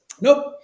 Nope